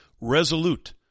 resolute